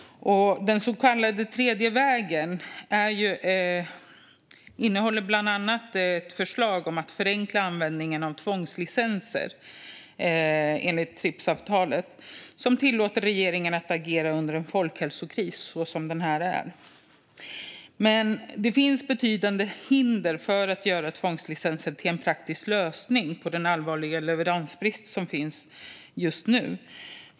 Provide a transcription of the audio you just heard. Den så kallade tredje vägen innehåller bland annat ett förslag om att förenkla användningen av tvångslicenser enligt Tripsavtalet som tillåter regeringen att agera under en folkhälsokris, vilket detta är. Det finns betydande hinder för att göra tvångslicenser till en praktisk lösning på den allvarliga leveransbrist som finns just nu.